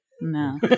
No